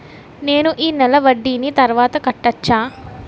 నేను ఈ నెల వడ్డీని తర్వాత కట్టచా?